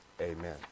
Amen